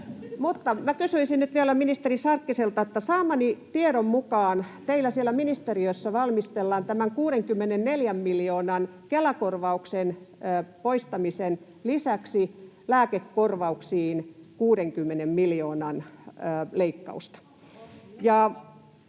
Mutta minä kysyisin nyt vielä ministeri Sarkkiselta, kun saamani tiedon mukaan teillä siellä ministeriössä valmistellaan — tämän 64 miljoonan Kela-korvauksen poistamisen lisäksi — lääkekorvauksiin 60 miljoonan leikkausta,